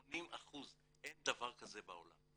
80%. אין דבר כזה בעולם.